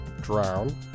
drown